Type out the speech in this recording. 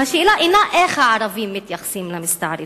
והשאלה אינה איך הערבים מתייחסים למסתערבים,